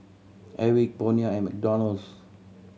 Airwick Bonia and McDonald's